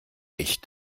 echt